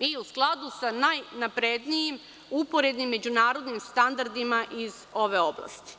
i u skladu sa najnaprednijim uporednim međunarodnim standardima iz ove oblasti.